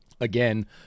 again